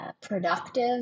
productive